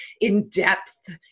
in-depth